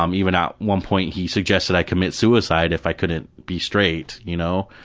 um even at one point he suggested i commit suicide if i couldn't be straight. you know